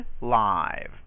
live